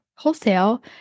wholesale